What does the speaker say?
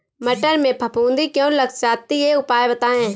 मटर में फफूंदी क्यो लग जाती है उपाय बताएं?